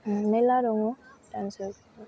उम मेल्ला दङ दान्सारफोर